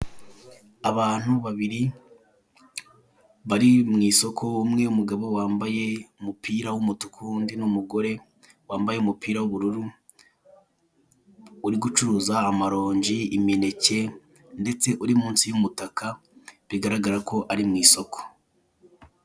Abantu babiri bari mu isoko, umwe umugabo wambaye umupira w'umutuku undi ni umugore wambaye umupira w'ubururu uri gucuruza amaronje, imineke ndetse uri munsi y'umutaka bigaragara ko ari mu isoko.